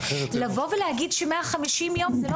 לבוא ולהגיד ש-150 יום זה לא